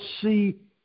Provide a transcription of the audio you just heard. see